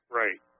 right